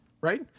right